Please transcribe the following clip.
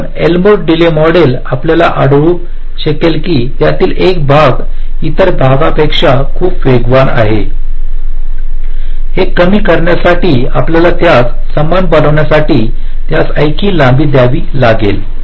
कारण Elmore delay model आपल्याला आढळू शकेल की त्यातील एक भाग इतर भागापेक्षा खूप वेगवान आहे हे कमी करण्यासाठी आपल्याला त्यास समान बनविण्यासाठी यास आणखी लांबी द्यावी लागेल